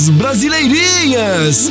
brasileirinhas